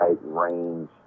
range